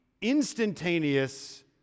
instantaneous